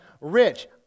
rich